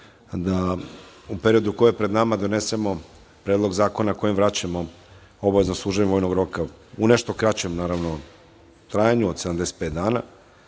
u periodu koji je pred nama da donesemo predlog zakona kojim vraćamo obavezno služenje vojnog roka u nešto kraćem trajanju od 75 dana,